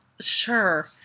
Sure